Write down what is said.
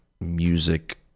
music